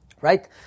right